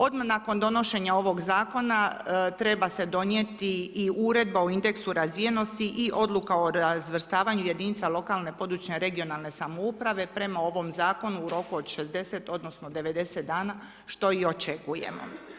Odmah nakon donošenja ovog zakona treba se donijeti i Uredba o indeksu razvijenosti i odluka o razvrstavanju jedinica lokalne, područne (regionalne) samouprave prema ovom zakonu u roku od 60 odnosno 90 dana što i očekujemo.